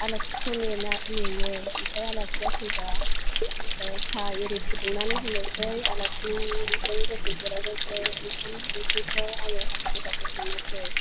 आलासिखौ नेना नेयो ओमफ्राय आलासिया फैबा साहा एरि फुदुंनानै होनोसै आलासिजों दसे जिरायनोसै ओंखाम ओंख्रिखौ आङो हाखु दाखु संनोसै